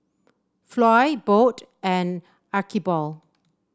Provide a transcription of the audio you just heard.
Floy Bode and Archibald